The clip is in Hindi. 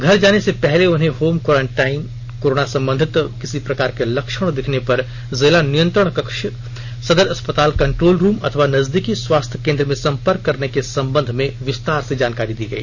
घर जाने से पहले उन्हें होम क्वॉरेंटाइन कोरोना संबंधित किसी प्रकार के लक्षण दिखने पर जिला नियंत्रण कक्ष सदर अस्पताल कंट्रोल रूम अथवा नजदीकी स्वास्थ्य केंद्र में संपर्क करने के संबंध में विस्तार से जानकारी दी गई